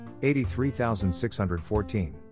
83614